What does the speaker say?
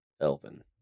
Elvin